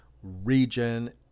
Region